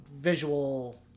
visual